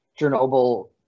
Chernobyl